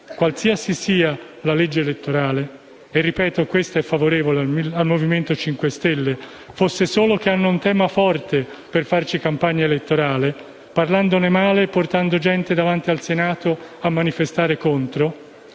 Qualsiasi sia la legge elettorale (e - ripeto - questa è favorevole al Movimento 5 Stelle, se non altro perché hanno un tema forte per fare campagna elettorale, parlandone male e portando gente davanti al Senato a manifestare contro)